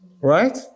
Right